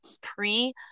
pre